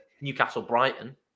Newcastle-Brighton